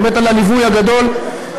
באמת על הליווי הגדול,